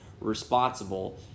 responsible